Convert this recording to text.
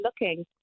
looking